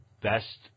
best